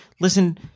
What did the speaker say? listen